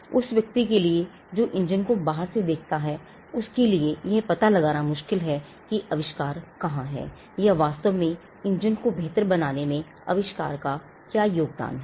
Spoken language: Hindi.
उस व्यक्ति के लिए जो इंजन को बाहर से देखता है उसके लिए यह पता लगाना मुश्किल है कि आविष्कार कहां है या वास्तव में इंजन को बेहतर बनाने में अविष्कार का क्या योगदान है